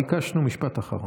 ביקשנו משפט אחרון.